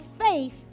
faith